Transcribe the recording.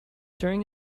during